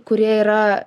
kurie yra